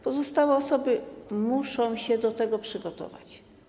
Pozostałe osoby muszą się do tego przygotować.